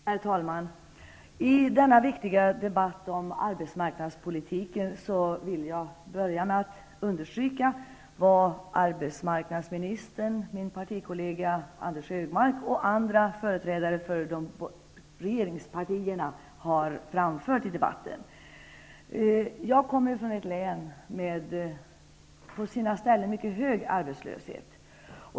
Herr talman! I denna viktiga debatt om arbetsmarknadspolitiken vill jag börja med att understryka vad arbetsmarknadsministern, min partikollega Anders G. Högmark och andra företrädare för regeringspartierna har framfört i debatten. Jag kommer från ett län med på sina ställen mycket hög arbetslöshet.